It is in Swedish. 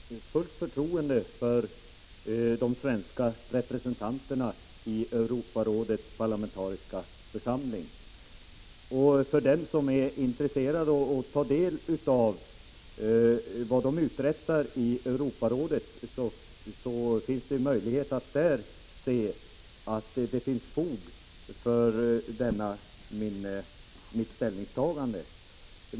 Herr talman! Jag har fullt förtroende för de svenska representanterna i Europarådets parlamentariska församling. Den som är intresserad av att ta del av vad de uträttar i Europarådet kan få uppgifter härom, och den som gör det kan se att det finns fog för mitt ställningstagande.